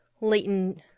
latent